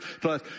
Plus